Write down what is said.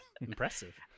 Impressive